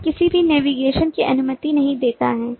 यह किसी भी नेविगेशन की अनुमति नहीं देता है